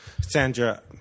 Sandra